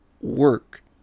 work